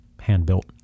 hand-built